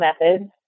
methods